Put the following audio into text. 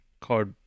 called